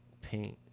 paint